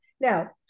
Now